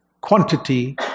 quantity